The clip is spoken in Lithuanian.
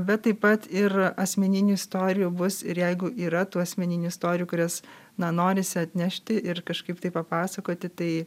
bet taip pat ir asmeninių istorijų bus ir jeigu yra tų asmeninių istorijų kurias na norisi atnešti ir kažkaip tai papasakoti tai